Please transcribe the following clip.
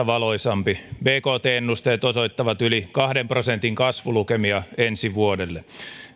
valoisampi bkt ennusteet osoittavat yli kahden prosentin kasvulukemia ensi vuodelle